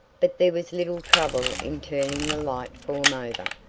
but there was little trouble in turning the light form over,